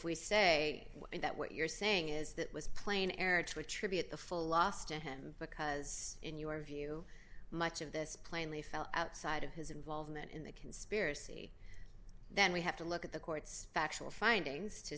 we say that what you're saying is that was plain error to attribute the full loss to him because in your view much of this plainly fell outside of his involvement in the conspiracy then we have to look at the court's